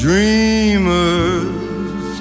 Dreamers